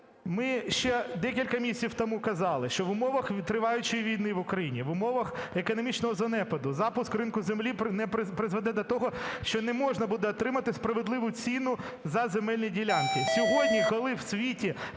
Ми ще декілька місяців тому казали, що в умовах триваючої війни в Україні, в умовах економічного занепаду запуск ринку землі призведе до того, що не можна буде отримати справедливу ціну за земельні ділянки.